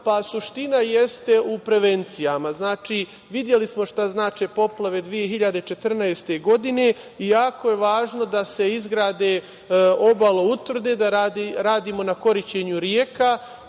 Suština jeste u prevencijama. Znači, videli smo šta znače poplave 2014. godine i jako je važno da se izgrade obaloutvrde, da radimo na korišćenju reka.